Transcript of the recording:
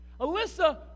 Alyssa